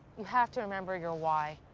you have to remember your why.